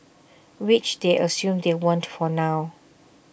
which they assume they won't for now